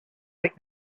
have